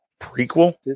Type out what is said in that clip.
prequel